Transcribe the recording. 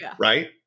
Right